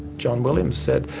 john williams said,